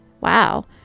wow